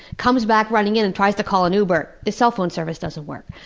comes back running in and tries to call an uber. the cellphone service doesn't work.